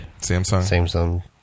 Samsung